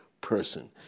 person